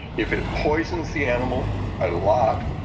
if it poisons the animal a lot,